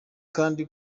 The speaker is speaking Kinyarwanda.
kandi